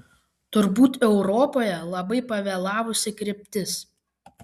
turbūt europoje labai pavėlavusi kryptis